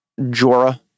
Jorah